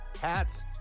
hats